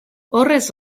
horrez